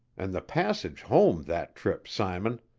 and the passage home that trip, simon!